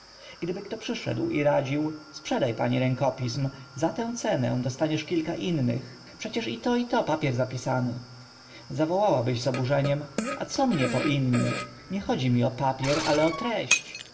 gdyby kto przyszedł i radził sprzeda pani rękopism za tę cenę dostaniesz kilka innych przecież i to i to papier zapisany zawołałabyś z oburzeniem a co mnie po innych nie chodzi mi o papier ale o treść